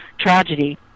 tragedy